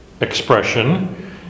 expression